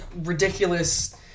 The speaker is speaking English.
ridiculous